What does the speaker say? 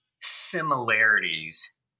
similarities